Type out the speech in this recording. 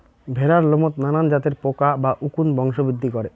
ভ্যাড়ার লোমত নানান জাতের পোকা বা উকুন বংশবৃদ্ধি করে